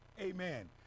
amen